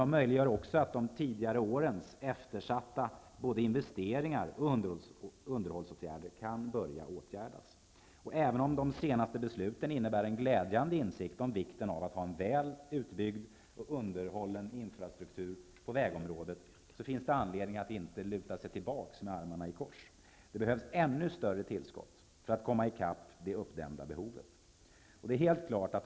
De möjliggör också att de tidigare årens eftersatta investeringar och underhållsåtgärder kan börja vidtas. Även om de senaste besluten innebär en glädjande insikt om vikten av att ha en väl utbyggd och underhållen infrastruktur på vägområdet, finns det anledning att inte luta sig tillbaka med armarna i kors. Det behövs ännu större tillskott för att komma i kapp det uppdämda behovet.